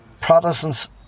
Protestants